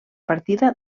partida